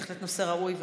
בהחלט נושא ראוי וחשוב.